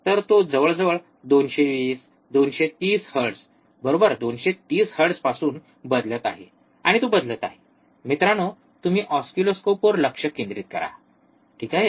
तर तो जवळजवळ 220 230 हर्ट्झ बरोबर 230 हर्ट्झ पासून बदलत आहे आणि तो बदलत आहे मित्रांनो तुम्ही ऑसिलोस्कोपवर लक्ष केंद्रित करा ठीक आहे